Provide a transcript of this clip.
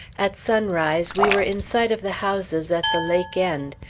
at sunrise we were in sight of the houses at the lake end.